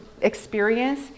experience